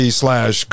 slash